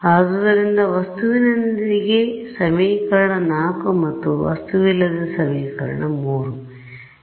ಆದ್ದರಿಂದ ವಸ್ತುವಿನೊಂದಿಗೆ ಸಮೀಕರಣ 4 ಮತ್ತು ವಸ್ತುವಿಲ್ಲದೆ ಸಮೀಕರಣ 3